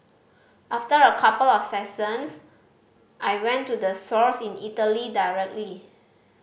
after a couple of I went to the source in Italy directly